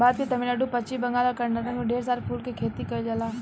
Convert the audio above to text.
भारत के तमिलनाडु, पश्चिम बंगाल आ कर्नाटक में सबसे ढेर फूल के खेती कईल जाला